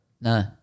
No